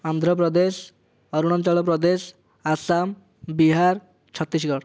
Andhra Pradesh Arunachal Pradesh Assam Bihar Chhattisgarh